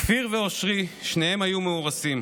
כפיר ואושרי, שניהם היו מאורסים.